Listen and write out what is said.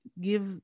give